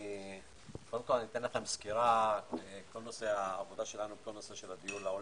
קודם כל אתן סקירה בכל נושא הדיור לעולים.